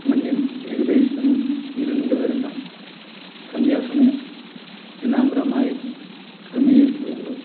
മഞ്ഞയും ഏകദേശം ഇരുണ്ട് വരുന്ന സന്ധ്യാസമയം പിന്നാമ്പുറമായി ക്രമീകരിച്ചുകൊണ്ട്